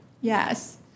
Yes